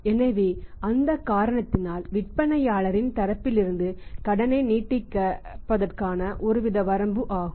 எனவே அந்த காரணத்தினால் விற்பனையாளரின் தரப்பிலிருந்து கடனை நீட்டிப்பதற்கான ஒருதீவிர வரம்பு ஆகும்